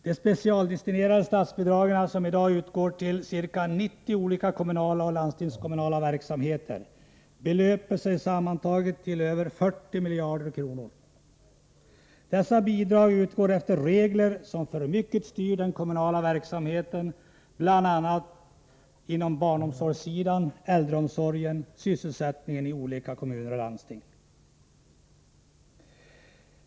De specialdestinerade statsbidragen, som i dag utgår till ca 90 olika kommunala och landstingskommunala verksamheter, belöper sig sammantaget till över 40 miljarder kronor. Dessa bidrag utgår efter regler som för mycket styr den kommunala verksamheten, bl.a. på barnomsorgssidan, i fråga om äldresomsorgen och sysselsättningsmässigt i olika kommuner och landsting.